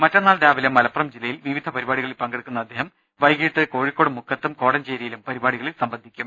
മറ്റന്നാൾ രാവിലെ മലപ്പുറം ജില്ലയിൽ വിവിധ പരിപാടികളിൽ പങ്കെടുക്കുന്ന അദ്ദേഹം വൈകീട്ട് കോഴിക്കോട് മുക്കത്തും കോടഞ്ചേരിയിലും പരിപാടികളിൽ സംബ ന്ധിക്കും